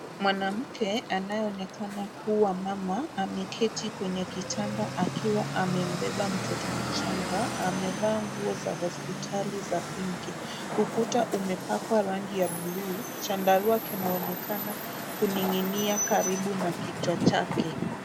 Mwanamke anayeonekana kuwa mama, ameketi kwenye kitanda akiwa amembeba mtoto mchanga, amevaa nguo za hospitali za pinki, ukuta umepakwa rangi ya bluu, chandarua kinaonekana kuning'inia karibu na kichwa chake.